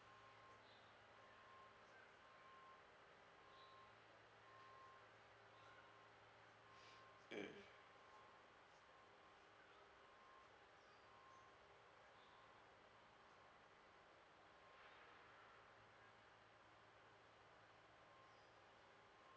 mm